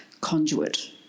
conduit